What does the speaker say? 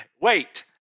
Wait